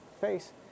face